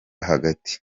hagati